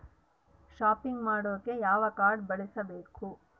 Shopping ಮಾಡಾಕ ಯಾವ card ಬಳಸಬೇಕು?